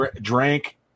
Drank